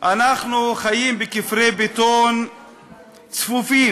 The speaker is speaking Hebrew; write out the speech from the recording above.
אנחנו חיים בכפרי בטון צפופים.